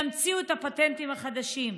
שימציאו את הפטנטים החדשים,